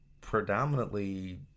predominantly